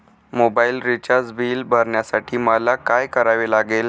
Mobile recharge bill भरण्यासाठी मला काय करावे लागेल?